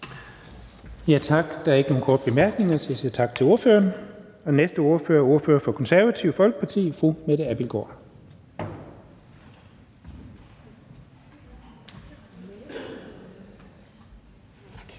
Tak. Der er ikke nogen korte bemærkninger, så vi siger tak til ordføreren. Den næste er ordføreren for Det Konservative Folkeparti, fru Mette Abildgaard. Kl.